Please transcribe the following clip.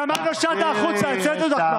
למה חשוב לעגן את ערך השוויון